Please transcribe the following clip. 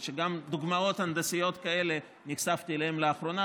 גם לדוגמאות הנדסיות כאלה נחשפתי לאחרונה.